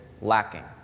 lacking